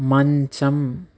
మంచం